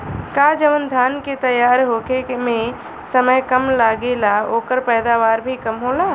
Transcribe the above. का जवन धान के तैयार होखे में समय कम लागेला ओकर पैदवार भी कम होला?